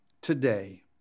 today